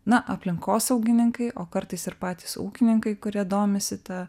na aplinkosaugininkai o kartais ir patys ūkininkai kurie domisi ta